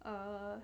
err